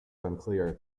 unclear